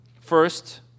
First